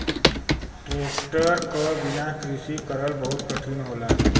tractor क बिना कृषि करल बहुत कठिन होला